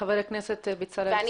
חבר הכנסת בצלאל סמוטריץ', בבקשה.